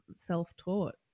self-taught